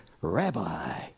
Rabbi